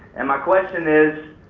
and my question is,